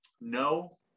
No